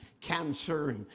cancer